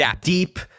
deep-